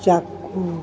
ਚਾਕੂ